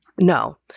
No